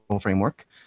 framework